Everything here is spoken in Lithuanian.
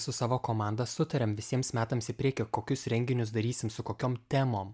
su savo komanda sutariam visiems metams į priekį kokius renginius darysim su kokiom temom